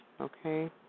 okay